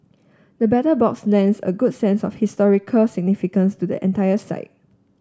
the Battle Box lends a good sense of historical significance to the entire site